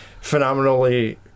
phenomenally